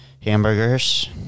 hamburgers